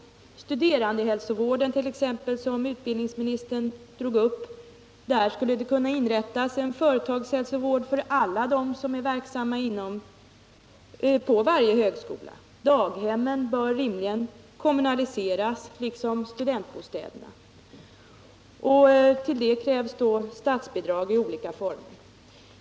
När det gäller studerandehälsovården, som utbildningsministern tog upp, skulle man kunna inrätta en företagshälsovård för alla dem som är verksamma på varje högskola. Daghemmen bör rimligen kommunaliseras liksom studentbostäderna. Till det krävs då statsbidrag i olika former.